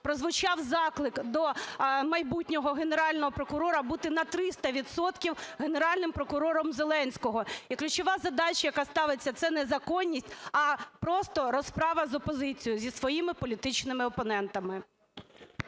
прозвучав заклик до майбутнього Генерального прокурора бути на 300 відсотків Генеральним прокурором Зеленського. І ключова задача, яка ставиться, - це не законність, а просто розправа з опозицією, зі своїми політичними опонентами.